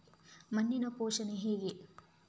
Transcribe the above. ಮಣ್ಣಿನ ಪೋಷಣೆ ಹೇಗೆ?